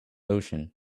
ocean